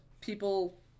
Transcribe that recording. people